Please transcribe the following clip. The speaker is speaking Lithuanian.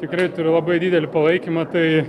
tikrai turiu labai didelį palaikymą tai